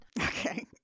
Okay